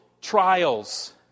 trials